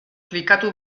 klikatu